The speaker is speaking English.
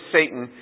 Satan